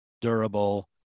durable